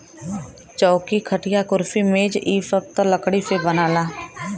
चौकी, खटिया, कुर्सी मेज इ सब त लकड़ी से बनला